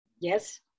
Yes